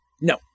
No